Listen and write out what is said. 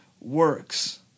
works